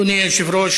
אדוני היושב-ראש,